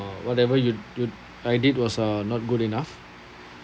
whatever you you d~ I did was not good enough